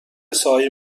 سایه